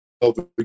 over